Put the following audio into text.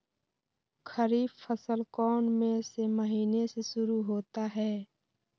खरीफ फसल कौन में से महीने से शुरू होता है?